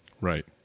Right